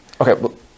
Okay